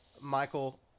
Michael